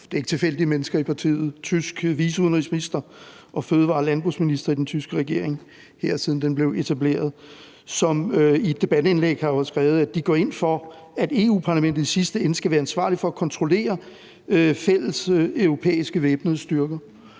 Det er ikke tilfældige mennesker i partiet – en tysk viceudenrigsminister og en fødevare- og landbrugsminister i den tyske regering, her siden den blev etableret. De har jo i et debatindlæg skrevet, at de går ind for, at Europa-Parlamentet i sidste ende skal være ansvarlig for at kontrollere fælleseuropæiske væbnede styrker.